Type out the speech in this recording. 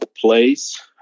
place